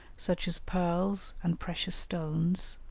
such as pearls and precious stones,